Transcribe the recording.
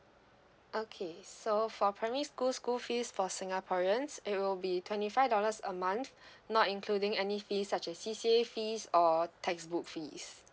okay so for primary school school fees for singaporeans it will be twenty five dollars a month not including any fees such as C_C_A fees or textbook fees